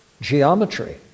geometry